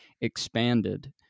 expanded